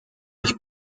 ich